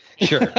Sure